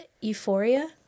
Euphoria